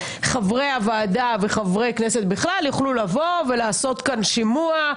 חברי הוועדה וחברי כנסת בכלל יוכלו לבוא לעשות כאן שימוע,